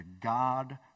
God